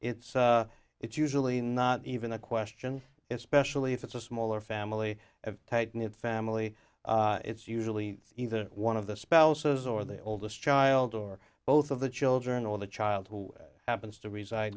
it's it's usually not even a question it's specially if it's a smaller family a tight knit family it's usually either one of the spouses or the oldest child or both of the children or the child who happens to reside